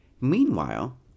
Meanwhile